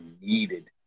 needed